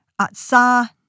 Atsa